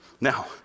Now